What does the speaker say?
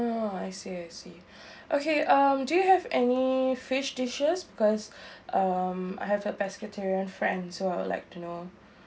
oh I see I see okay um do you have any fish dishes because um I have a pescatarian friend so I would like to know